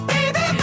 Baby